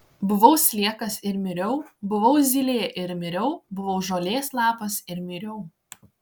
buvau sliekas ir miriau buvau zylė ir miriau buvau žolės lapas ir miriau